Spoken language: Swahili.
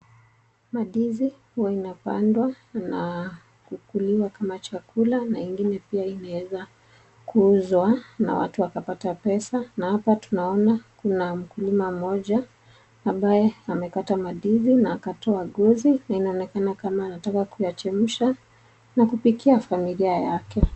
Mandizi huwa inapandwa na kukuliwa kama chakula na ingine pia inaweza kuuzwa na watu wakapata pesa na hapa tunaona kuna mkulima moja ambaye amekata mandizi na akatoa ngozi na inaonekana kama anataka kuyachemsha na kupikia familia yake.